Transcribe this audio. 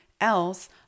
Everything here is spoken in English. else